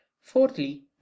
Fourthly